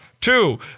Two